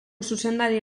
zuzendari